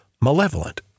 malevolent